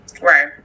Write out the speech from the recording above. Right